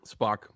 Spock